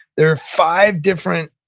there are five different,